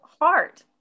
heart